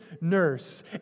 nurse